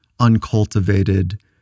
uncultivated